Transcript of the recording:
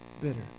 bitter